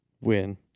Win